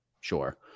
Sure